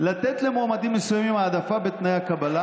לתת למועמדים מסוימים העדפה בתנאי הקבלה